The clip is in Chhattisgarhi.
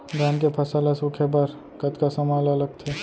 धान के फसल ल सूखे बर कतका समय ल लगथे?